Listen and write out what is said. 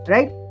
Right